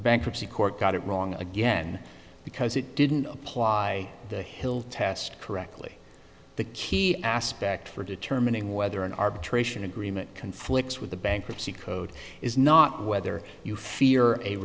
bankruptcy court got it wrong again because it didn't apply the hill test correctly the key aspect for determining whether an arbitration agreement conflicts with the bankruptcy code is not whether you fear a